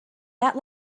that